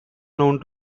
known